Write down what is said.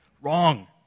Wrong